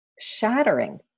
shattering